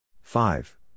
Five